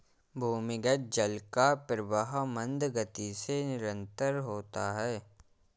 भूमिगत जल का प्रवाह मन्द गति से निरन्तर होता है